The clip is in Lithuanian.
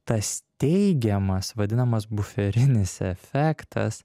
tas teigiamas vadinamas buferinis efektas